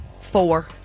Four